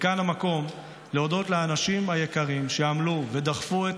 כאן המקום להודות לאנשים היקרים שעמלו ודחפו את